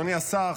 אדוני השר,